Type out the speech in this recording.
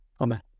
Amen